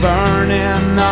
Burning